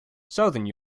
southern